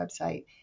website